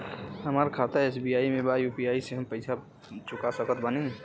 हमारा खाता एस.बी.आई में बा यू.पी.आई से हम पैसा चुका सकत बानी?